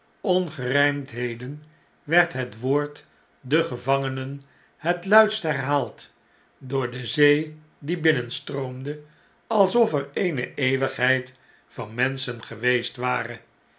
ongerijmdheden werd het woord de gevangenen het luidst herhaald door de zee die binnenstroomde alsof er eene eeuwigheid van menschen geweest ware